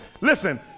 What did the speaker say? Listen